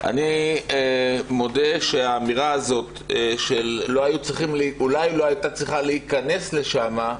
אני מודה שהאמירה הזאת שאולי היא לא הייתה צריכה להיכנס לשם,